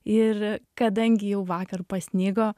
ir kadangi jau vakar pasnigo